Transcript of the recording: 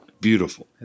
Beautiful